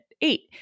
eight